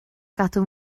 gadw